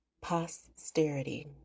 posterity